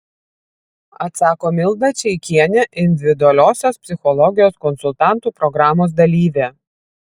atsako milda čeikienė individualiosios psichologijos konsultantų programos dalyvė